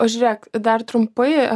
o žiūrėk dar trumpai apie tą